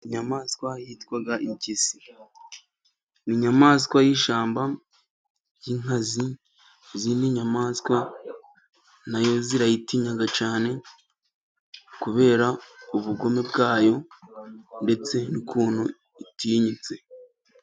Inyamaswa yitwa impyisi. Inyamaswa y'ishyamba y'inkazi. Izindi nyamaswa nazo zirayitinya cyane kubera ubugome bwayo ndetse n'ukuntu itinyitse.